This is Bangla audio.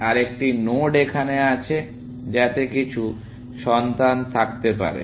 আরেকটি নোড এখানে আছে যাতে কিছু সন্তান থাকতে পারে ইত্যাদি